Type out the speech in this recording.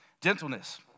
Gentleness